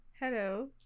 Hello